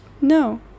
no